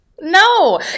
No